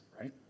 right